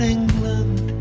England